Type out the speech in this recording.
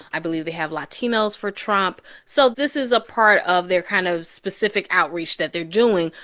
i believe they have latinos for trump. so this is a part of their kind of specific outreach that they're doing.